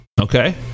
Okay